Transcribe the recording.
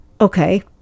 Okay